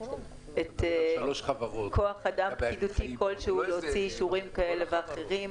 את כוח האדם הפקידותי כלשהו להוציא אישורים כאלה ואחרים.